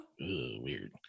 weird